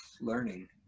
learning